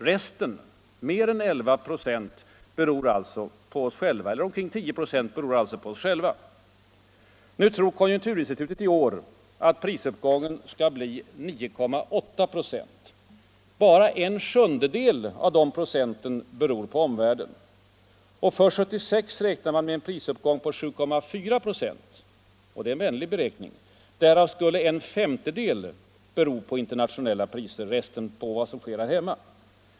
Resten — omkring 10 96 — beror alltså på oss själva. Konjunkturinstitutet tror att prisuppgången i år skall bli 9,8 26 och att bara en sjundedel därav beror på omvärlden. För 1976 räknar man med en prisuppgång på 7,4 26 — en vänlig beräkning. Därav skulle en femtedel bero på internationella priser, resten på vad som sker härhemma.